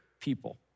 people